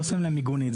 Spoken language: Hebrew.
לא שם להם מיגונית.